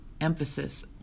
Emphasis